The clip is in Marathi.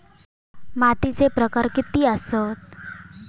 मातीचे प्रकार किती आसत?